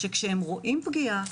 שכשהם רואים פגיעה,